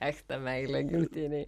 ech ta meilė gimtinei